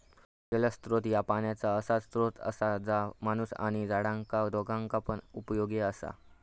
जलस्त्रोत ह्या पाण्याचा असा स्त्रोत असा जा माणूस आणि झाडांका दोघांका पण उपयोगी असा